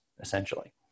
essentially